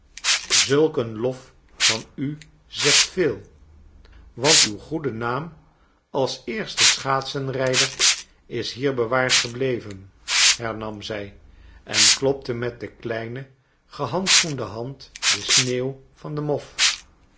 een lof van u zegt veel want uw goede naam als eerste schaatsenrijder is hier bewaard gebleven hernam zij en klopte met de kleine gehandschoende hand de sneeuw van den mof